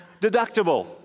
deductible